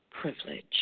privilege